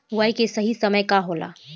बुआई के सही समय का होला?